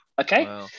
Okay